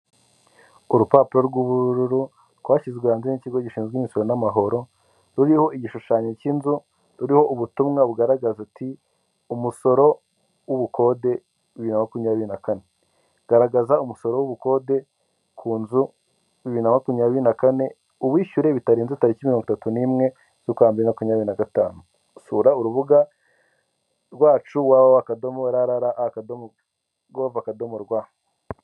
Urupapuro rw'ubururu rwashyizwe hanze y'ikigo gishinzwe imisoro n'amahoro ruriho igishushanyo cy'inzu, ruriho ubutumwa bugaragaza uti umusoro w'ubukode wa bibiri na makumyabiri na kane garagaza umusoro w'ubukode ku nzu bibiri na makumyabiri na kane uwishyure bitarenze itariki mirongo itatu n'imwe z'ukwambere bibiri na makumyabiri na gatanu sura urubuga rwacu wa wa wa akadomo ra ra ra akadomo gove akadomo rwa.